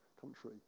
country